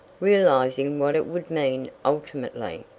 realizing what it would mean ultimately.